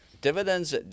Dividends